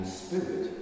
spirit